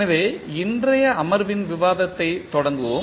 எனவே இன்றைய அமர்வின் விவாதத்தைத் தொடங்குவோம்